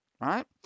right